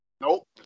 Nope